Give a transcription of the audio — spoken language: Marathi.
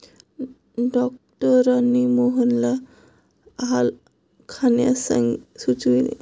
डॉक्टरांनी मोहनला आलं खाण्यास सुचविले